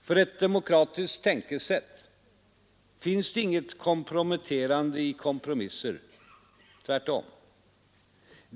För ett demokratiskt tänkesätt finns det inget komprometterande i kompromisser, tvärtom.